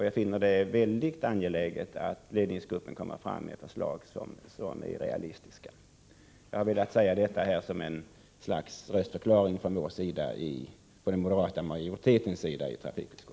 Jag finner det mycket angeläget att ledningsgruppen lägger fram realistiska förslag. Jag har velat säga detta som en röstförklaring från den moderata majoriteten i trafikutskottet.